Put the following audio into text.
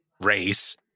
race